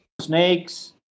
snakes